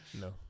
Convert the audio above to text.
No